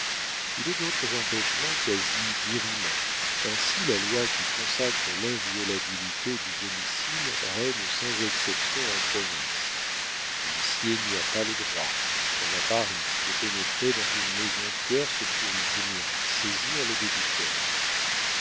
il est d'autres empêchements quasi dirimants ainsi la loi qui consacre l'inviolabilité du domicile règne sans exception en province l'huissier n'y a pas le droit comme à paris de pénétrer dans une maison tierce pour y venir saisir le débiteur